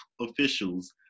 officials